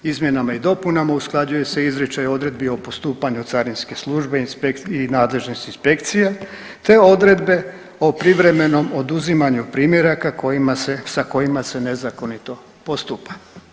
Izmjenama i dopunama usklađuje se izričaj odredbi o postupanju Carinske službe i nadležnost inspekcija, te odredbe o privremenom oduzimanju primjeraka sa kojima se nezakonito postupa.